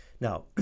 now